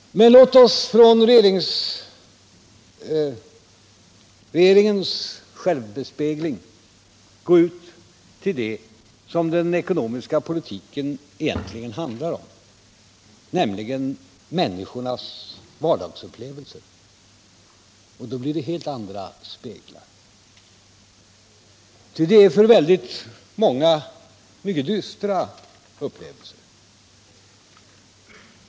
Men låt oss från regeringens självbespegling gå ut till det som den ekonomiska politiken egentligen handlar om, nämligen människornas vardagsupplevelser. Då blir det helt andra speglar. Ty det är för väldigt många mycket dystra upplevelser.